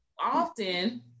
Often